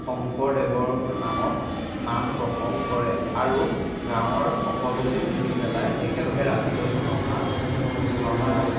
শংকৰদেৱৰ নামত নাম প্ৰসংগ কৰে আৰু গাঁৱৰ সকলোৱে মিলি পেলাই একেলগে ৰাতিলৈ ভাওনা ভাওনা